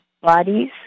bodies